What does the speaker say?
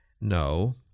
No